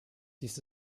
dies